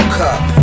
cup